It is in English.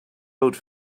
vote